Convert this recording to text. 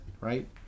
right